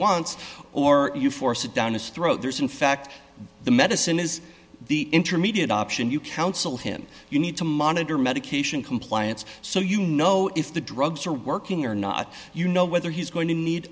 wants or you force it down his throat there's in fact the medicine is the intermediate option you counsel him you need to monitor medication compliance so you know if the drugs are working or not you know whether he's going to need